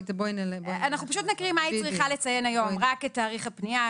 אנחנו נקריא מה היא צריכה לציין היום: תאריך הפנייה,